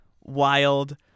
wild